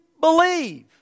believe